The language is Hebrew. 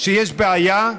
שיש בעיה,